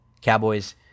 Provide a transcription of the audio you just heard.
Cowboys